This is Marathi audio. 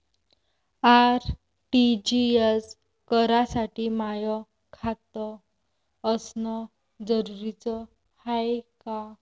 आर.टी.जी.एस करासाठी माय खात असनं जरुरीच हाय का?